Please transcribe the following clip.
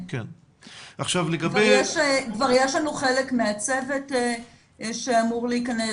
כבר יש לנו חלק מהצוות שאמור להיכנס,